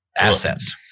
assets